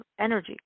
energy